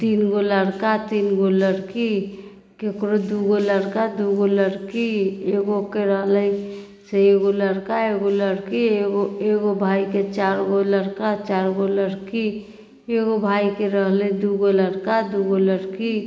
तीन गो लड़का तीन गो लड़की ककरो दू गो लड़का दू गो लड़की एक गोके रहलै से एक गो लड़का एक गो लड़की एगो एगो भायके चारि गो लड़का चारि गो लड़की एगो भायके रहलै दू गो लड़का दू गो लड़की